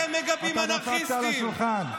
אתה דפקת על השולחן.